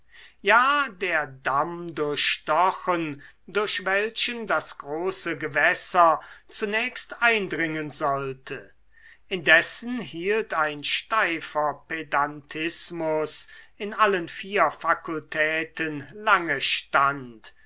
ja der damm durchstochen durch welchen das große gewässer zunächst eindringen sollte indessen hielt ein steifer pedantismus in allen vier fakultäten lange stand